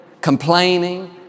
complaining